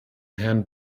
herrn